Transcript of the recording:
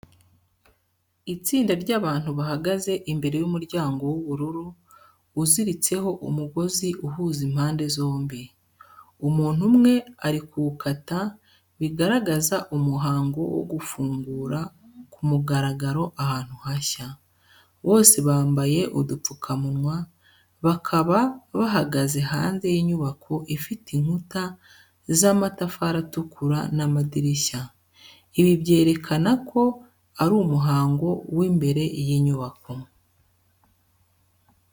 Itsinda ry’abantu bahagaze imbere y’umuryango w’ubururu uziritseho umugozi uhuza impande zombi. Umuntu umwe ari kuwukata, bigaragaza umuhango wo gufungura ku mugaragaro ahantu hashya. Bose bambaye udupfukamunwa, bakaba bahagaze hanze y’inyubako ifite inkuta z’amatafari atukura n’amadirishya. Ibi byerekana ko ari umuhango w’imbere y’inyubako.